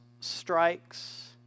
strikes